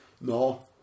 No